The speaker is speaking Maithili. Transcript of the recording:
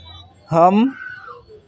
हम